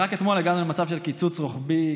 רק אתמול הגענו למצב של קיצוץ רוחבי,